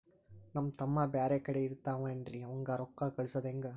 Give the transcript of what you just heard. ನಮ್ ತಮ್ಮ ಬ್ಯಾರೆ ಕಡೆ ಇರತಾವೇನ್ರಿ ಅವಂಗ ರೋಕ್ಕ ಕಳಸದ ಹೆಂಗ?